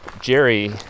jerry